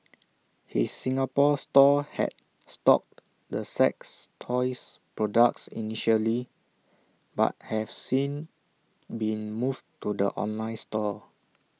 his Singapore store had stocked the sex toys products initially but have since been moved to the online store